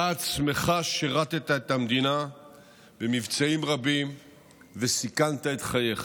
אתה עצמך שירת את המדינה במבצעים רבים וסיכנת את חייך.